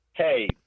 Hey